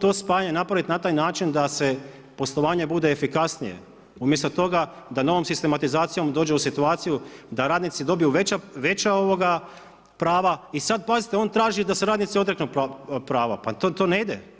to spajanje napraviti na taj način, da se poslovanje bude efikasnije, umjesto toga, da novom sistematizacijom dođe u situaciju, da radnici dobiju veća prava i sad pazite, on traži da se radnicima oduzimaju prava, to ne ide.